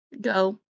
go